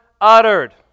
uttered